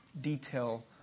detail